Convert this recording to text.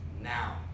now